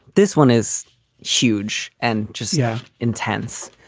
this one is huge and just yeah intense.